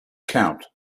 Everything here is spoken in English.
count